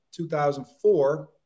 2004